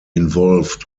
involved